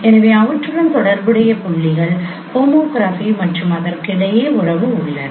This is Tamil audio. எனவே அவற்றுடன் தொடர்புடைய புள்ளிகள் ஹோமோகிராஃபி மற்றும் அதற்கிடையே உறவு உள்ளது